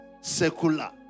secular